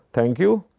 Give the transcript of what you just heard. thank you.